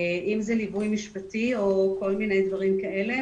אם זה ליווי משפטי או כל מיני דברים כאלה.